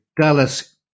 Dallas